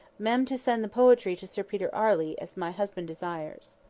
mem, to send the poetry to sir peter arley, as my husband desires.